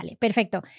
perfecto